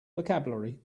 vocabulary